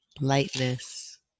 Lightness